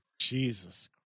Jesus